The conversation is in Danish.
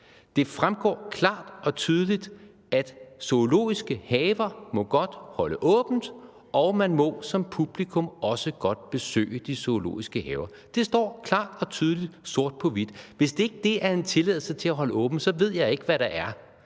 står der klart og tydeligt: Zoologiske haver må godt holde åbent, og man må som publikum også godt besøge de zoologiske haver. Det står klart og tydeligt, sort på hvidt. Hvis ikke det er en tilladelse til at holde åbent, ved jeg ikke, hvad det er.